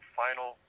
final